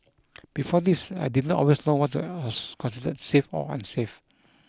before this I did not always know what was considered safe or unsafe